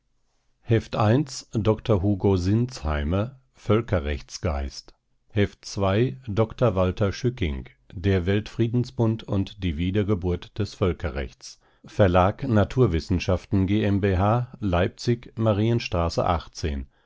dr hugo sinzheimer völkerrechts dr walther schücking der weltfriedensbund und die wiedergeburt des völkerrechts verlag naturwissenschaften g m b h leipzig marienstraße